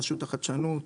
רשות החדשנות,